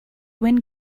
wind